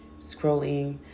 scrolling